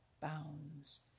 bounds